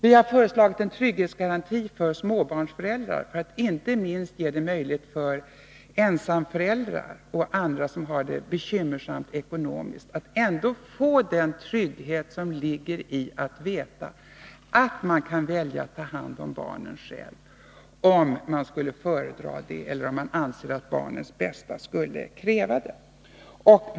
Vi har föreslagit en trygghetsgaranti för småbarnsföräldrar för att göra det möjligt inte minst för ensamföräldrar och andra som har det bekymmersamt ekonomiskt att få den trygghet som ligger i att veta att man kan välja att ta hand om barnen själv, om man skulle föredra det eller om man anser att barnens bästa kräver det.